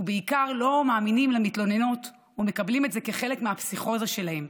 ובעיקר לא מאמינים למתלוננות ומקבלים את זה כחלק מהפסיכוזה שלהן.